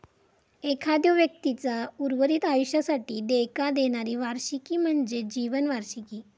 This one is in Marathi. एखाद्यो व्यक्तीचा उर्वरित आयुष्यासाठी देयका देणारी वार्षिकी म्हणजे जीवन वार्षिकी